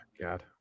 God